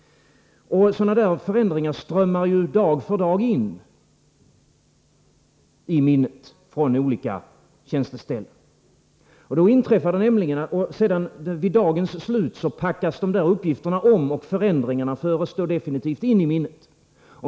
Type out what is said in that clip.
Sådana förändringar strömmar dag för dag in i minnet från olika tjänsteställen. Vid dagens slut packas dessa uppgifter om, och förändringarna förs då definitivt in i minnet.